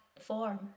form